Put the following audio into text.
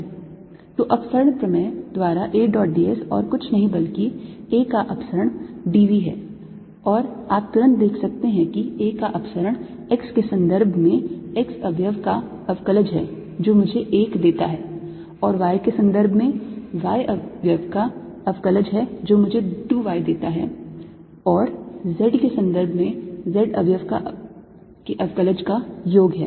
तो अपसरण प्रमेय द्वारा A dot d s और कुछ नहीं बल्कि A का अपसरण d v है और आप तुरंत देख सकते हैं कि A का अपसरण x के संदर्भ में x अवयव का अवकलज है जो मुझे 1 देता है और y के संदर्भ में y अवयव का अवकलज है जो मुझे 2 y देता है और z के संदर्भ में z अवयव के अवकलज का योग है